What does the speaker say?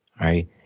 right